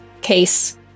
case